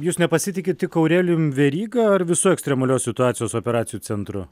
jūs nepasitikit tik aurelijum veryga ar visu ekstremalios situacijos operacijų centru